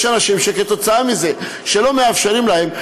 יש אנשים שכתוצאה מזה שלא מאפשרים להם,